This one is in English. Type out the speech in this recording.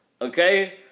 Okay